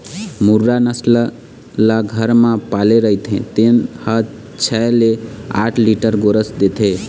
मुर्रा नसल ल घर म पाले रहिथे तेन ह छै ले आठ लीटर गोरस देथे